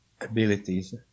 abilities